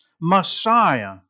Messiah